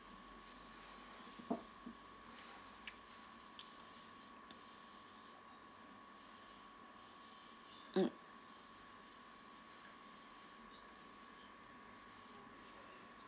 mm